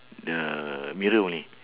the middle only